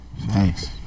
Thanks